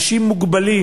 אנשים מוגבלים,